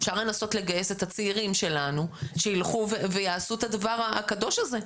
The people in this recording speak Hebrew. אפשר לנסות לגייס את הצעירים שלנו שיילכו ויעשו את הדבר הקדוש הזה.